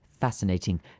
fascinating